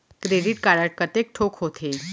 Credit card कतेक ठोक होथे?